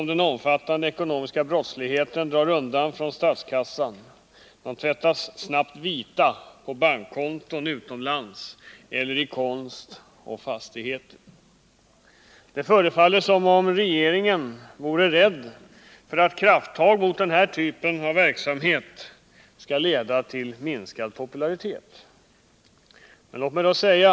Det föreslås att det vid sidan av detta förbud skall finnas ett mer långtgående näringsförbud som förutsätter prövning i det enskilda fallet.